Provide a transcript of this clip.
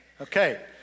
Okay